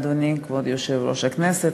אדוני כבוד יושב-ראש הכנסת,